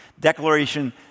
declaration